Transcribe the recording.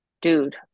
dude